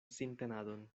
sintenadon